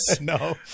No